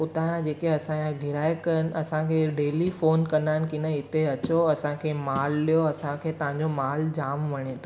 उतां जा जेके असां जा ग्राहक आहिनि असांखे डेली फोन कंदा आहिनि की हिते अचो असांखे मालु ॾियो असांखे तव्हांजो मालु जामु वणे थो